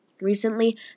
Recently